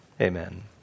amen